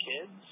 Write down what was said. kids